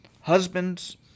Husbands